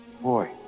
Boy